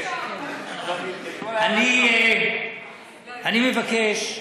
אני מבקש,